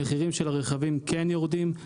המחירים של הרכבים כן יורדים,